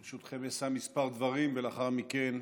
מס' 171, 172, 173, 174,